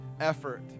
effort